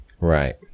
right